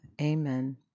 Amen